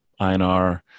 INR